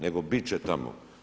Nego bit će tamo.